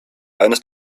eines